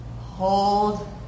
Hold